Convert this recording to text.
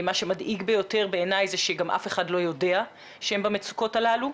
מה שמדאיג ביותר בעיני זה שגם אף אחד לא יודע שהם במצוקות הללו.